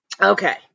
Okay